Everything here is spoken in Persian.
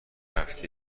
هفته